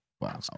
Wow